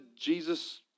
Jesus